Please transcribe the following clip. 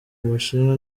bushinwa